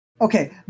Okay